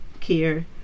care